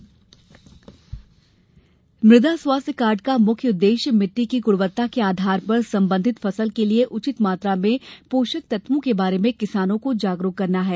मृदा स्वास्थ्य कार्ड मृदा स्वास्थ्य कार्ड का मुख्य उद्देश्य मिट्टी की ग्णवत्ता के आधार पर संबंधित फसल के लिए उचित मात्रा में पोषक तत्वों के बारे में किसानों को जागरूक करना है